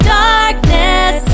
darkness